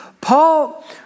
Paul